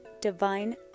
Divine